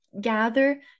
gather